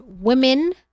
women